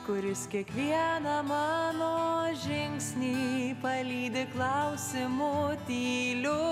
kuris kiekvieną mano žingsnį palydi klausimu tyliu